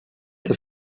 the